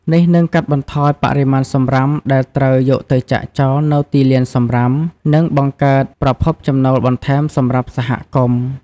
នេះនឹងកាត់បន្ថយបរិមាណសំរាមដែលត្រូវយកទៅចាក់ចោលនៅទីលានសំរាម និងបង្កើតប្រភពចំណូលបន្ថែមសម្រាប់សហគមន៍។